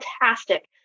fantastic